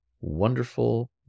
wonderful